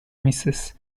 mrs